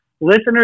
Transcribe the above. listeners